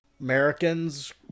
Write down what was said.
Americans